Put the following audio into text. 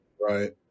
Right